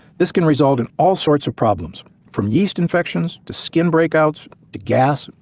this can result in all sorts of problems from yeast infections, to skin break outs, to gas,